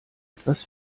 etwas